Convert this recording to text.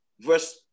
verse